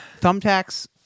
Thumbtacks